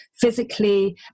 physically